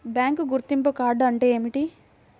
Bank గుర్తింపు card అంటే ఏమిటి?